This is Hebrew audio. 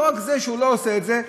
לא רק זה שהוא לא עושה את זה,